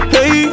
Hey